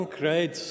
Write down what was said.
great